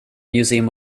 museum